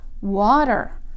water